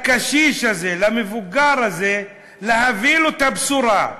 לקשיש הזה, למבוגר הזה, להביא לו את הבשורה: